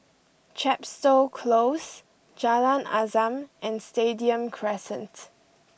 Chepstow Close Jalan Azam and Stadium Crescent